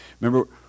Remember